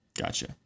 Gotcha